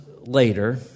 later